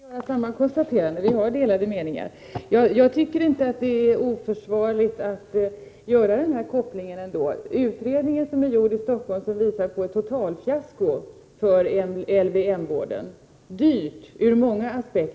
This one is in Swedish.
Herr talman! Jag får göra samma konstaterande: Vi har delade meningar. Jag tycker ändå inte att det är oförsvarligt att göra den här kopplingen. Den utredning som gjorts i Stockholm visar på ett totalt fiasko för LVM-vården. Vården är dyr på många sätt.